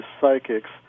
psychics